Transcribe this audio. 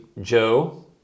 Joe